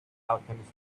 alchemist